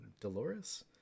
dolores